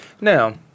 Now